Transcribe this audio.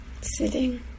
Sitting